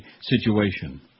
situation